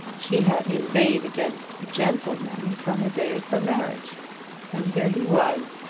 she had inveighed against gentlemen from the day of her marriage and here he was,